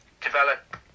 develop